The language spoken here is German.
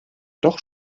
doch